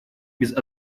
без